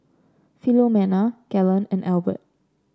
Philomena Galen and Albert